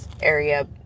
area